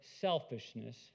selfishness